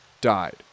died